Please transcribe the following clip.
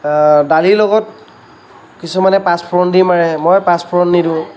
দালিৰ লগত কিছুমান পাঁচ ফুৰণ দি মাৰে মই পাঁচফুৰণ নিদিওঁ